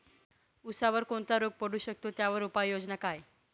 ऊसावर कोणता रोग पडू शकतो, त्यावर उपाययोजना काय?